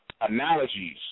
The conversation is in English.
analogies